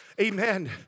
Amen